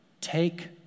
take